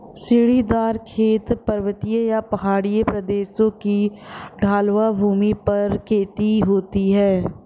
सीढ़ीदार खेत, पर्वतीय या पहाड़ी प्रदेशों की ढलवां भूमि पर खेती होती है